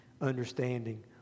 understanding